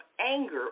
anger